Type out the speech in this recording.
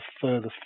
further